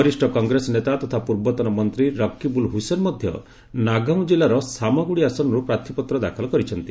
ବରିଷ୍ଣ କଂଗ୍ରେସ ନେତା ତଥା ପୂର୍ବତନ ମନ୍ତ୍ରୀ ରକିବୁଲ୍ ହୁସେନ୍ ମଧ୍ୟ ନାଗାଓଁ କିଲ୍ଲାର ସାମଗୁଡ଼ି ଆସନରୁ ପ୍ରାର୍ଥୀପତ୍ର ଦାଖଲ କରିଛନ୍ତି